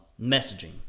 messaging